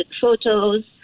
photos